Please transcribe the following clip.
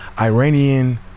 iranian